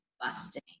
busting